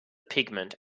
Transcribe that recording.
pigment